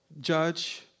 judge